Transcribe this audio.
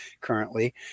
currently